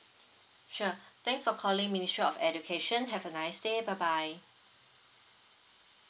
sure thanks for calling ministry of education have a nice day bye bye